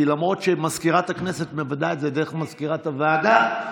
למרות שמזכירת הכנסת מוודאת את זה דרך מזכירת הוועדה.